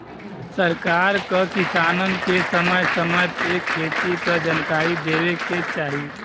सरकार क किसानन के समय समय पे खेती क जनकारी देवे के चाही